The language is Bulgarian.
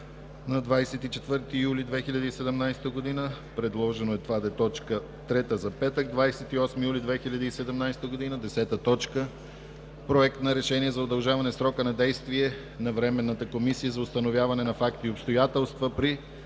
на 24 юли 2017 г. Предложено е това да е точка трета за петък, 28 юли 2017 г. 10. Проект на решение за удължаване срока на действие на Временната комисия за установяване на факти и обстоятелства при